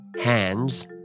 hands